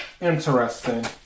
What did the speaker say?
Interesting